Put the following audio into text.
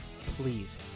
please